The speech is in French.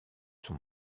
son